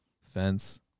fence